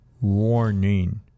warning